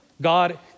God